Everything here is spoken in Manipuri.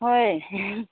ꯍꯣꯏ